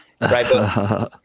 right